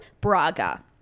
Braga